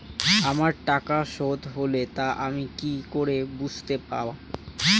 আমার টাকা শোধ হলে তা আমি কি করে বুঝতে পা?